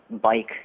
bike